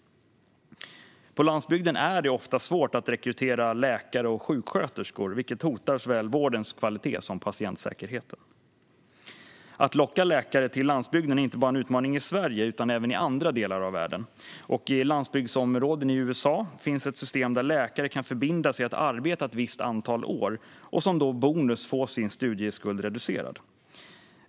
På landsbygden är det ofta svårt att rekrytera läkare och sjuksköterskor, vilket hotar såväl vårdens kvalitet som patientsäkerheten. Att locka läkare till landsbygden är en utmaning inte bara i Sverige utan även i andra delar av världen. I landsbygdsområden i USA finns ett system där läkare kan förbinda sig att arbeta ett visst antal år och som bonus få sin studieskuld reducerad.